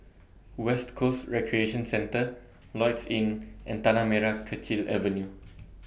West Coast Recreation Centre Lloyds Inn and Tanah Merah Kechil Avenue